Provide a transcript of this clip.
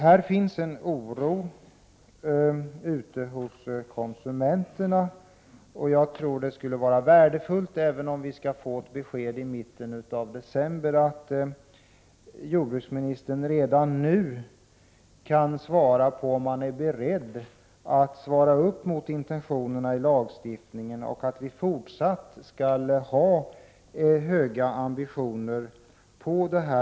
Det finns en oro ute hos konsumenterna. Jag tror att det skulle vara värdefullt om jordbruksministern nu kunde svara på om regeringen är beredd att uppfylla intentionerna i lagstiftningen och om vi också i fortsättningen skall ha höga ambitioner på detta område.